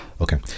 Okay